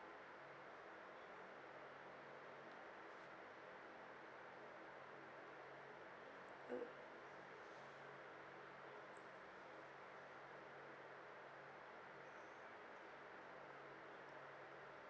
uh